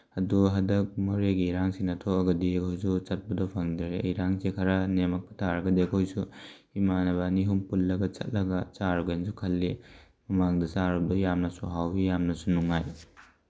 ꯑꯗꯨ ꯍꯟꯗꯛ ꯃꯣꯔꯦꯒꯤ ꯏꯔꯥꯡꯁꯤꯅ ꯊꯣꯛꯑꯒꯗꯤ ꯑꯩꯈꯣꯏꯁꯨ ꯆꯠꯄꯗꯨ ꯐꯪꯗꯔꯦ ꯏꯔꯥꯡꯁꯦ ꯈꯔ ꯅꯦꯝꯃꯛꯄ ꯇꯥꯔꯒꯗꯤ ꯑꯩꯈꯣꯏꯁꯨ ꯏꯃꯥꯟꯅꯕ ꯑꯅꯤ ꯑꯍꯨꯝ ꯄꯨꯜꯂꯒ ꯆꯠꯂꯒ ꯆꯥꯔꯨꯒꯦꯅꯁꯨ ꯈꯜꯂꯤ ꯃꯃꯥꯡꯗ ꯆꯥꯔꯨꯕꯗꯨ ꯌꯥꯝꯅꯁꯨ ꯍꯥꯎꯏ ꯌꯥꯝꯅꯁꯨ ꯅꯨꯡꯉꯥꯏ